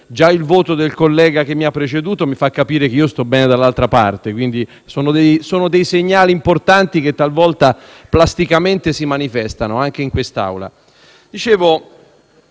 di voto del collega che mi ha preceduto mi fa capire che sto bene dall'altra parte: sono dei segnali importanti che talvolta plasticamente si manifestano anche in quest'Aula.